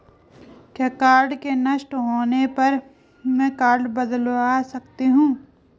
क्या कार्ड के नष्ट होने पर में कार्ड बदलवा सकती हूँ?